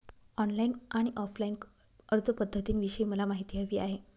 online आणि offline अर्जपध्दतींविषयी मला माहिती हवी आहे